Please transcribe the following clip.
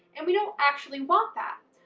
and we don't actually want that.